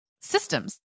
systems